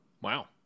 Wow